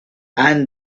and